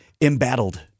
embattled